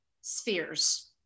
spheres